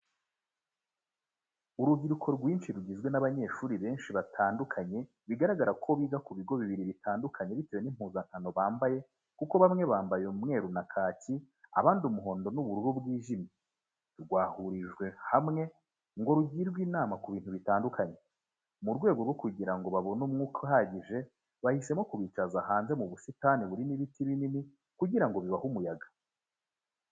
Urubyiruko rwinshi rugizwe n'abanyeshuri benshi batandukanye bigaragara ko biga ku bigo bibiri bitandukanye bitewe n'impuzankano bambaye kuko bamwe bambaye umweru na kaki abandi umuhondo n'ubururu bwijimye, rwahurijwe hamwe ngo rugirwe inama ku bintu bitandukanye. Mu rwego rwo kugira ngo babone umwuka uhagije, bahisemo kubicaza hanze mu busitani burimo ibiti binini kugira ngo bibahe umuyaga.